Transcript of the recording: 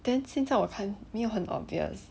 then 现在我看没有很 obvious